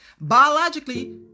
Biologically